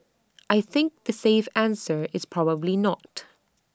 I think the safe answer is probably not